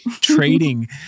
trading